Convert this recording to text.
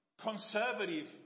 conservative